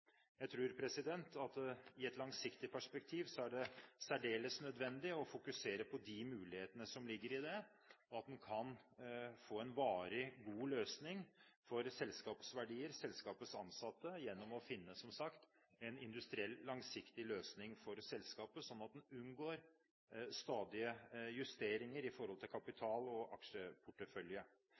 Jeg tror at i et langsiktig perspektiv er det særdeles nødvendig å fokusere på de mulighetene som ligger i det, og at en kan få en varig, god løsning for selskapets verdier og selskapets ansatte gjennom å finne, som sagt, en industriell langsiktig løsning for selskapet, så en unngår stadige justeringer når det gjelder kapital og aksjeportefølje.